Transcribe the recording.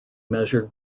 measured